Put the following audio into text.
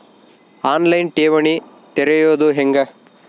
On line ಠೇವಣಿ ತೆರೆಯೋದು ಹೆಂಗ?